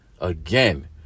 again